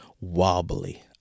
wobbly